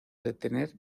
detener